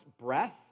breath